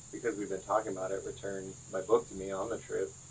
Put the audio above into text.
because we've been talking about it, returned my book to me on the trip.